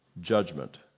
judgment